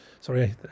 sorry